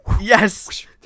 Yes